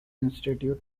institute